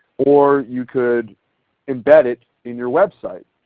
or you could embed it in your website.